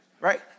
right